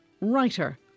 writer